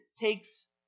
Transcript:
takes